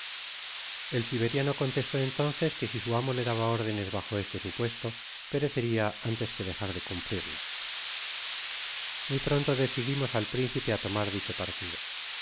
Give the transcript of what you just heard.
el siberiano contestó entonces que si su amo le daba órdenes bajo jste supuesto pereceria antes que dejar de cumplirlas muy pronto decidimos al principe á tomar dicho partido